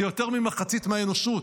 זה יותר ממחצית מהאנושות.